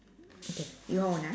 okay you hold on ah